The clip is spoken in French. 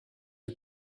est